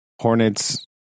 hornets